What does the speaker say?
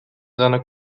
seiner